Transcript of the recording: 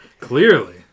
Clearly